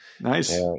Nice